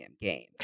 game